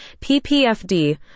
PPFD